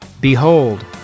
Behold